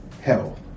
health